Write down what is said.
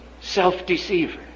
self-deceiver